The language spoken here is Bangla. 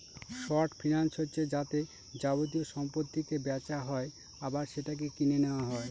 শর্ট ফিন্যান্স হচ্ছে যাতে যাবতীয় সম্পত্তিকে বেচা হয় আবার সেটাকে কিনে নেওয়া হয়